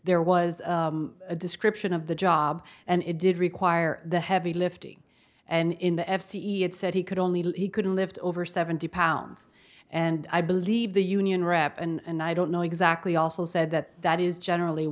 there was a description of the job and it did require the heavy lifting and in the f c e it said he could only he couldn't lift over seventy pounds and i believe the union rep and i don't know exactly also said that that is generally